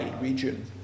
region